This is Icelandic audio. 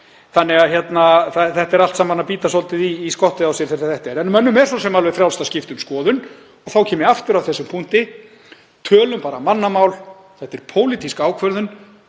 þannig að þetta er allt saman að bíta svolítið í skottið á sér. En mönnum er svo sem alveg frjálst að skipta um skoðun og þá kem ég aftur að þessum punkti: Tölum bara mannamál. Þetta er pólitísk ákvörðun.